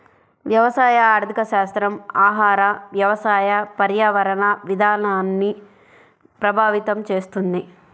వ్యవసాయ ఆర్థికశాస్త్రం ఆహార, వ్యవసాయ, పర్యావరణ విధానాల్ని ప్రభావితం చేస్తుంది